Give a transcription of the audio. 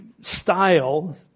style